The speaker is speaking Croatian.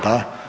Da.